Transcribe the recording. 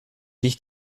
dich